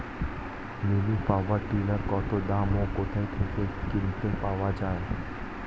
Mini power tiller কত দাম ও কোথায় কিনতে পাওয়া যায়?